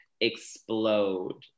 explode